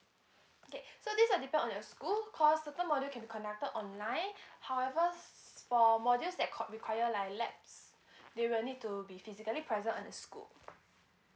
okay so these are depends on your school coz certain module can be conducted online however s~ for modules that called require like labs they will need to be physically present on a school